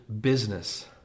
business